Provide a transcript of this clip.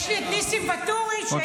יש לי את ניסים ואטורי --- מתי אתם תסיימו?